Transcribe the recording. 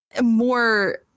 more